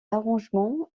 arrangements